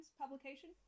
publication